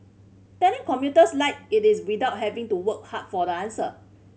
telling commuters like it is without having to work hard for the answer